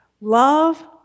Love